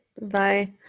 bye